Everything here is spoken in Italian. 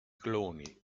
cloni